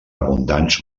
abundants